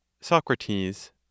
Socrates